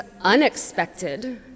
unexpected